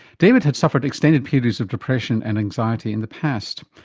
david had suffered extended periods of depression and anxiety in the past.